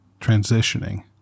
transitioning